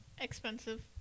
Expensive